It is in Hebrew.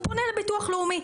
והוא פונה לביטוח הלאומי.